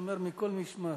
שומר מכל משמר.